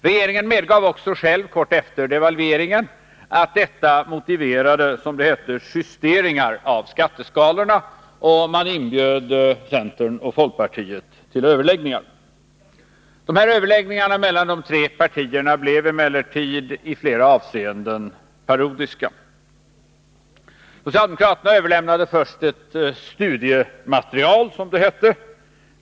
Regeringen medgav också själv kort efter devalveringen att detta 149 Nr 53 motiverade, som det hette, justeringar av skatteskalorna, och man inbjöd Torsdagen den centern och folkpartiet till överläggningar. Dessa överläggningar mellan de 16 december 1982 tre Partierna blev emellertid i flera avseenden parodiska. Socialdemokraterna överlämnade först ett studiematerial, som det hette.